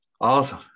Awesome